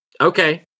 Okay